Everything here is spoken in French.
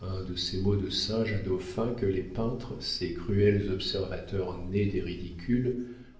un de ces mots de singe à dauphin que les peintres ces cruels observateurs nés des ridicules